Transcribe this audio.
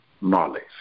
knowledge